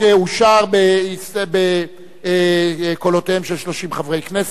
שם החוק אושר בקולותיהם של 30 חברי כנסת,